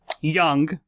young